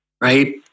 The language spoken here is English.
right